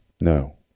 No